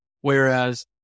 Whereas